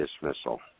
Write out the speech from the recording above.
dismissal